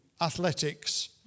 athletics